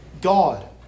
God